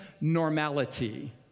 normality